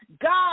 God